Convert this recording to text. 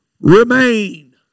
remain